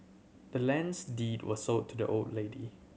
the land's deed was sold to the old lady